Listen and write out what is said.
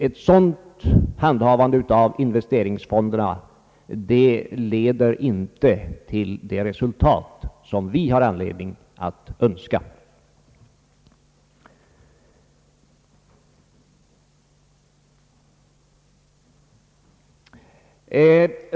Ett sådant handhavande av investeringsfonderna leder inte till det resultat vi har anledning att kräva.